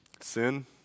Sin